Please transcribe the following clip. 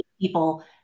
people